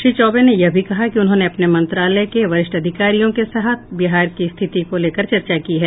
श्री चौबे ने यह भी कहा कि उन्होंने अपने मंत्रालय के वरिष्ठ अधिकारियों के साथ बिहार की स्थिति को लेकर चर्चा की है